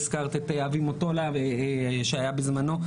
הזכרת את אבי מוטולה שהיה בזמנו,